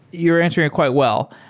you're answering it quite well.